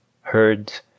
herds